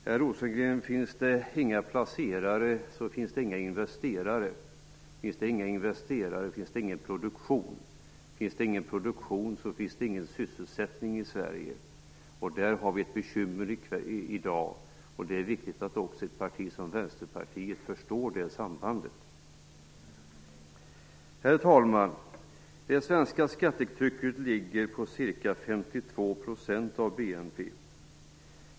Per Rosengren, finns det inga placerare så finns det inga investerare, finns det inga investerare så finns det ingen produktion, och finns det ingen produktion så finns det ingen sysselsättning i Sverige. Med detta har vi ett bekymmer i dag, och det är viktigt att också ett parti som Vänsterpartiet förstår det sambandet. Herr talman! Det svenska skattetrycket ligger på ca 52 % av BNP.